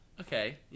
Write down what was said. Okay